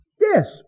Yes